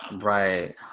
right